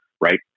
right